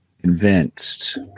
convinced